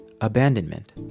abandonment